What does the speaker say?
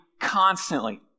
constantly